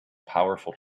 powerful